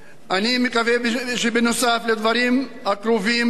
אני מקווה שנוסף על הדברים הקרובים ללבי